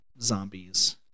zombies